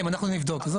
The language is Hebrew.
אנחנו נבדוק, עזוב.